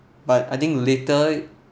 but I think later